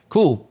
Cool